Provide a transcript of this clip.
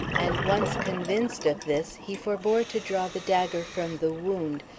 and, once convinced of this, he forbore to draw the dagger from the wound,